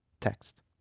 Text